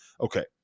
Okay